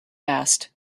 asked